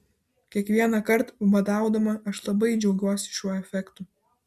kiekvienąkart badaudama aš labai džiaugiuosi šiuo efektu